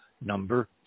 number